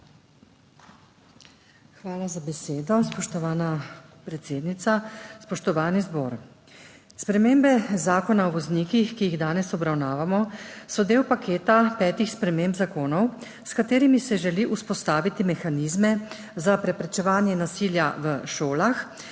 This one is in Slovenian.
Hvala za besedo, spoštovana predsednica. Spoštovani zbor! Spremembe Zakona o voznikih, ki jih danes obravnavamo, so del paketa petih sprememb zakonov, s katerimi se želi vzpostaviti mehanizme za preprečevanje nasilja v šolah